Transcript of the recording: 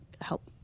help